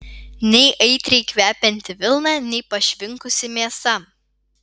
nei aitriai kvepianti vilna nei pašvinkusi mėsa